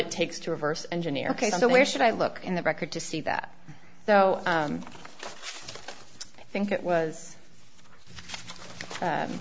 it takes to reverse engineer ok so where should i look in the record to see that so i think it was